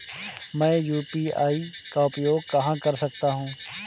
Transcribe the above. मैं यू.पी.आई का उपयोग कहां कर सकता हूं?